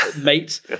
mate